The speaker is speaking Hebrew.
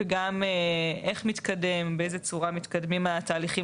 וגם לשמוע איך מתקדם ובאיזה צורה מתקדמים התהליכים